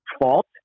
fault